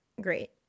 great